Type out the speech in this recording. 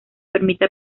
permite